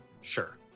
sure